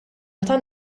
meta